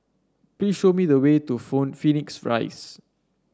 please show me the way to Phone Phoenix Rise